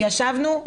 ישבנו,